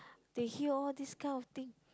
they hear all these kind of thing